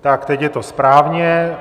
Tak, teď je to správně.